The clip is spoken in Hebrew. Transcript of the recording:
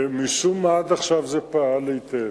משום מה עד עכשיו זה פעל היטב.